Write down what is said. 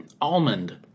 Almond